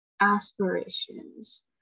Aspirations